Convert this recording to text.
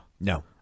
No